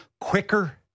quicker